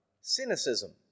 cynicism